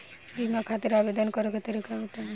बीमा खातिर आवेदन करे के तरीका बताई?